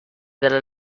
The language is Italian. della